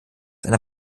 einer